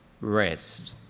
Rest